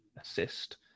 assist